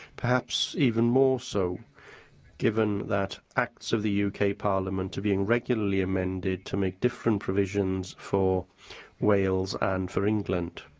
perhaps even more so given that acts of the yeah uk parliament are being regularly amended to make different provisions for wales and for england.